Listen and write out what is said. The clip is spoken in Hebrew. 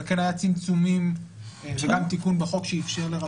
אבל כן היו צמצומים והיה תיקון בחוק שאפשר.